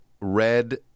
red